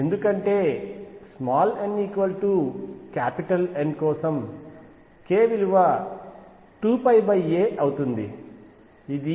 ఎందుకంటే n N కోసం k విలువ 2πa అవుతుంది ఇది k 0